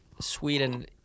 Sweden